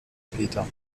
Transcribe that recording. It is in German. peter